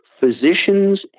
Physicians